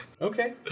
Okay